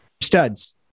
studs